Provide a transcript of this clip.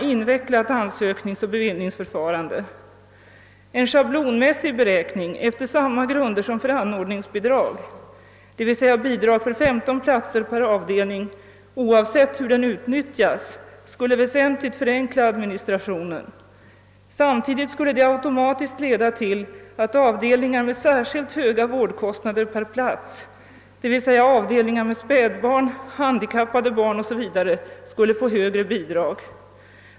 Detta innebär 1 själva verket ett ganska invecklat ansökningsoch bevillningsförfarande. En schablonmässig beräkning efter samma grunder som för anordningsbidrag, d. v. s. bidrag för 15 platser per avdel ning oavsett hur denna utnyttjas, skulle väsentligt förenkla administrationen. Samtidigt skulle det automatiskt leda till att avdelningar med särskilt höga vårdkostnader per plats, d.v.s. avdelningar med spädbarn, handikappade barn etc., skulle få högre bidrag.